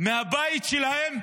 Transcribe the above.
מהבית שלהם